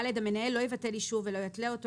(ד)המנהל לא יבטל אישור ולא יתלה אותו,